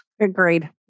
Agreed